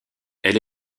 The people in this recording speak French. elle